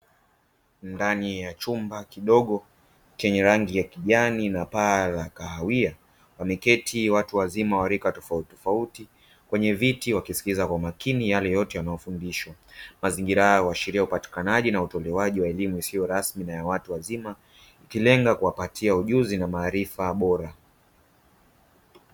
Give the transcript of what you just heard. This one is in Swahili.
Ndani ya chumba kidogo chenye rangi ya kijani na paa la kahawia, wameketi watu wazima wa rika tofauti tofauti kwenye viti wakisikilizakwa umakini yale yote wanayofundishwa, mazingira hayo huashiria elimu isiyo rasmi na ya watu wazima ikilenga kuwapatia ujuzi na maarifa bora.